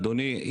אדוני,